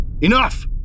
Enough